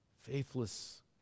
Faithless